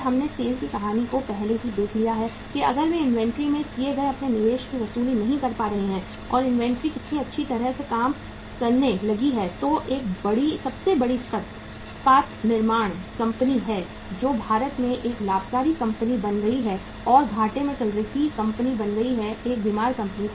और हमने SAIL की कहानी को पहले ही देख लिया है कि अगर वे इन्वेंट्री में किए गए अपने निवेश की वसूली नहीं कर पा रहे हैं और इन्वेंट्री इतनी अच्छी तरह से काम करने लगी है तो एक सबसे बड़ी इस्पात निर्माण कंपनी है जो भारत में एक लाभकारी कंपनी बन गई है और घाटे में चल रही कंपनी बन गई है एक बीमार कंपनी